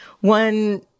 one